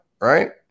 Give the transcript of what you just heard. Right